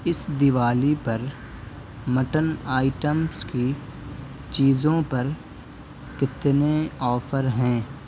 اس دوالی پر mutton items کی چیزوں پر کتنے آفر ہیں